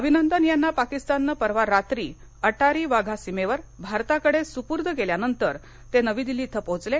अभिनंदन यांना पाकिस्ताननं परवा रात्री अटारी वाघा सीमेवर भारताच्या सुपूर्द केल्यानंतर ते नवी दिल्ली इथं पोहेचले